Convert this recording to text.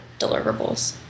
deliverables